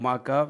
או מעקב,